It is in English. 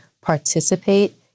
participate